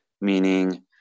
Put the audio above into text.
Meaning